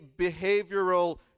behavioral